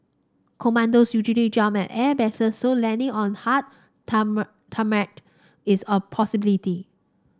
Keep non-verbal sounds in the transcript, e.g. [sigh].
commandos usually jump at airbases so landing on the hard [unintelligible] tarmac is a possibility